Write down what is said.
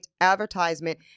advertisement